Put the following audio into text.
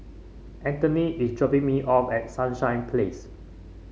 Antony is dropping me off at Sunshine Place